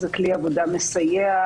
זה כלי עבודה מסייע,